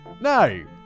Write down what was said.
No